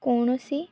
କୌଣସି